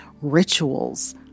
rituals